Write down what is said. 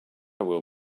will